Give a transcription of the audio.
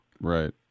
Right